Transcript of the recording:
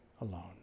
alone